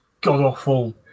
god-awful